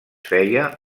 feia